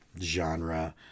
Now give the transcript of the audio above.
genre